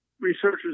Researchers